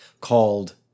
called